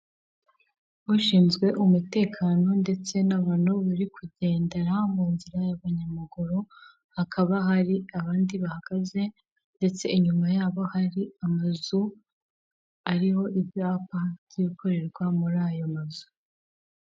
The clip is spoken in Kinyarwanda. Ushinzwe umutekano ndetse n'abantu bari kugendera mu nzira y'abanyamaguru hakaba hari abandi bahagaze, ndetse inyuma yabo hari amazu ariho ibyapa by'ibikorerwa muri ayo mazu.